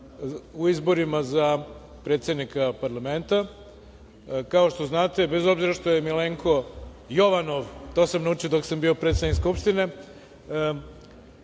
u izborima za predsednika parlamenta. Kao što znate, bez obzira što je Milenko Jovanov, a to sam naučio dok sam bio predsednik Skupštine,